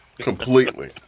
Completely